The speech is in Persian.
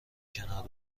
کنار